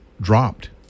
dropped